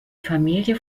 familie